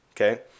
okay